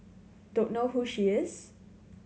don't know who she is